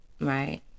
right